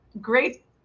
great